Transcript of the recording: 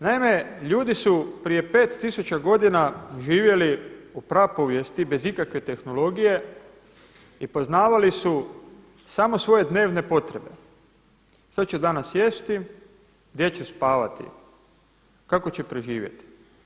Naime, ljudi su prije 5 tisuća godina živjeli u prapovijesti bez ikakve tehnologije i poznavali su samo svoje dnevne potrebe, što ću danas jesti, gdje ću spavati, kako ću preživjeti.